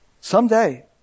Someday